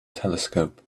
telescope